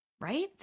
right